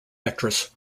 actress